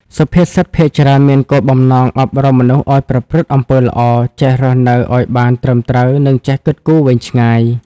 សុភាសិតភាគច្រើនមានគោលបំណងអប់រំមនុស្សឱ្យប្រព្រឹត្តអំពើល្អ ចេះរស់នៅឲ្យបានត្រឹមត្រូវ និងចេះគិតគូរវែងឆ្ងាយ។